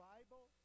Bible